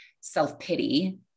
self-pity